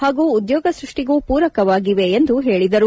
ಹಾಗೂ ಉದ್ಯೋಗ ಸೃಷ್ಷಿಗೂ ಪೂರಕವಾಗಿವೆ ಎಂದು ಹೇಳಿದರು